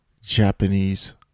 Japanese